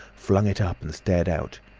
flung it up and stared out.